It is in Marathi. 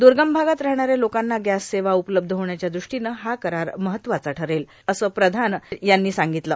द्गम भागात राहणाऱ्या लोकांना गॅस सेवा उपलब्ध होण्याच्या दृष्टांनं हा करार महत्त्वाचा ठरेल असं श्री प्रधान यांनी सांगगतलं